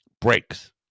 breaks